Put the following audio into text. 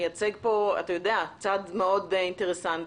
אתה מייצג פה צד מאוד אינטרסנטי,